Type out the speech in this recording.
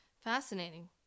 Fascinating